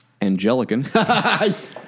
Angelican